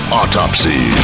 autopsy